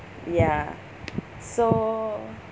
ya so